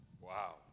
Wow